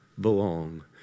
belong